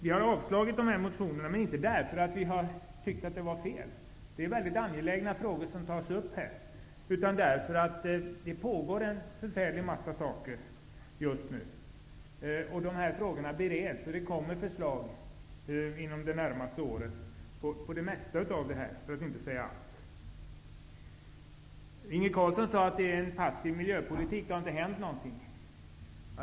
Vi har avstyrkt de här motionerna. Men det har vi inte gjort därför att vi tyckte att det var något fel på dem, tvärtom. Det är mycket angelägna frågor som tas upp i motionerna. Anledningen till att vi avstyrkt är i stället att en hel del är på gång just nu. Frågorna bereds för närvarande och under de närmaste åren kommer besked om det mesta, för att inte säga allt, när det gäller de saker som här tas upp. Inge Carlsson sade att miljöpolitiken är passiv och att det inte har hänt någonting.